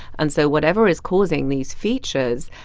and so whatever is causing these features,